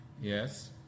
Yes